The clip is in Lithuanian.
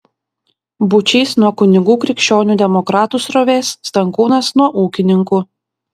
būčys nuo kunigų krikščionių demokratų srovės stankūnas nuo ūkininkų